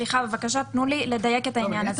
בבקשה תנו לי לדייק את העניין הזה.